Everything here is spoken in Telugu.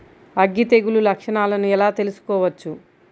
అగ్గి తెగులు లక్షణాలను ఎలా తెలుసుకోవచ్చు?